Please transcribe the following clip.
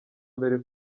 mbere